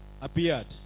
appeared